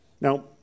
Now